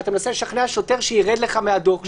אתה מנסה לשכנע שוטר שיירד לך מהדוח.